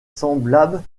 semblable